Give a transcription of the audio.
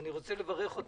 אני מברך אותך.